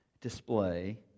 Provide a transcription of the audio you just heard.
display